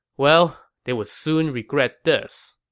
well, they would soon regret this